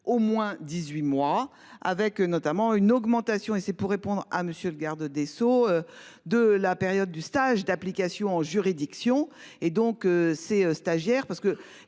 au moins 18 mois, avec notamment une augmentation et c'est pour répondre à monsieur le garde des Sceaux. De la période du stage d'application en juridiction et donc ces stagiaires parce que